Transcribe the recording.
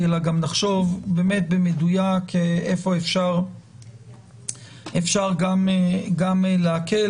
אלא גם נחשוב במדויק איפה אפשר גם להקל,